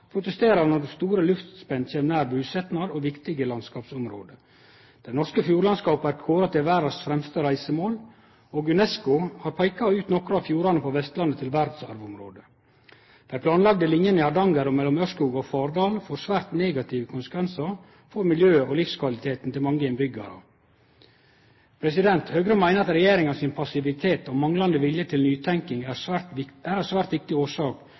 protesterer når store luftspenn kjem nær busetnad og viktige landskapsområde. Dei norske fjordlandskapa er kåra til verdas fremste reisemål, og UNESCO har peika ut nokre av fjordane på Vestlandet til verdsarvområde. Dei planlagde linjene i Hardanger og mellom Ørskog og Fardal får svært negative konsekvensar for miljøet og livskvaliteten til mange innbyggjarar. Høgre meiner at regjeringa sin passivitet og manglande vilje til nytenking er ei svært viktig årsak